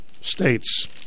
states